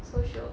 social